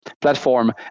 platform